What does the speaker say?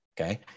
okay